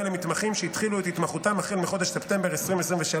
למתמחים שהתחילו את התמחותם החל מחודש ספטמבר 2023,